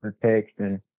protection